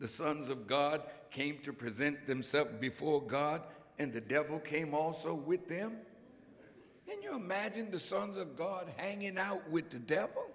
the sons of god came to present themselves before god and the devil came also with them can you imagine the sons of god hanging out with the devil